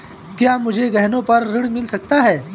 क्या मुझे गहनों पर ऋण मिल सकता है?